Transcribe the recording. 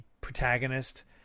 protagonist